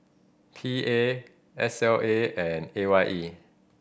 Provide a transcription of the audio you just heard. P A S L A and A Y E